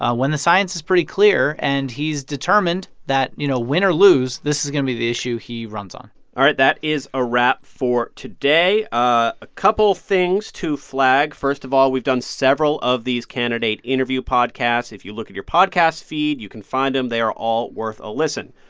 ah when the science is pretty clear and he's determined that, you know, win or lose, this is going to be the issue he runs on all right. that is a wrap for today. a couple things to flag. first of all, we've done several of these candidate interview podcasts. if you look at your podcast feed, you can find them. they are all worth a listen.